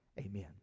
amen